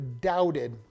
doubted